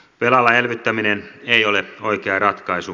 velalla elvyttäminen ei ole oikea ratkaisu